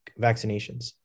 vaccinations